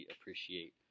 appreciate